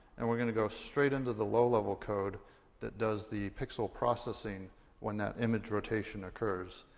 and we're gonna go straight into the low-level code that does the pixel processing when that image rotation occurs.